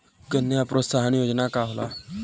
कन्या प्रोत्साहन योजना का होला?